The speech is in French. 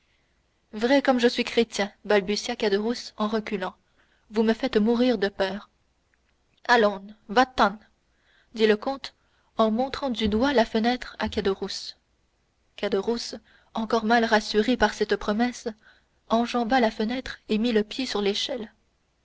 vrai comme je suis chrétien balbutia caderousse en reculant vous me faites mourir de peur allons va-t'en dit le comte en montrant du doigt la fenêtre à caderousse caderousse encore mal rassuré par cette promesse enjamba la fenêtre et mit le pied sur l'échelle